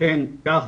אכן כך,